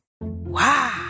Wow